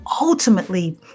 ultimately